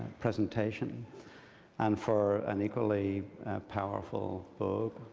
presentation and for an equally powerful book.